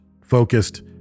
focused